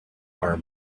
are